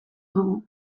dugu